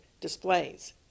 displays